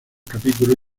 capítulos